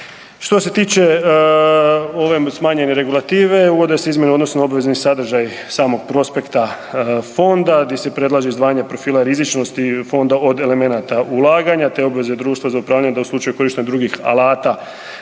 Što se tiče ove smanjenje regulative, uvode se izmjene u odnosu na obvezni sadržaj samog prospekta fonda di se predlaže izdvajanje profila rizičnosti fonda od elemenata ulaganja te obveza društva za upravljanje da u slučaju korištenja drugih alata